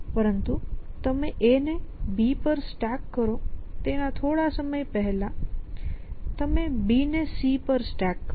પરંતુ તમે A ને B પર સ્ટેક કરો તેના થોડા સમય પહેલાં તમે B ને C પર સ્ટેક કરો